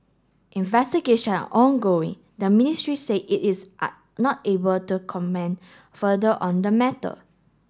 investigation are ongoing the ministry said it is not able to comment further on the matter